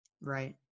Right